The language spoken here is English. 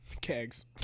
kegs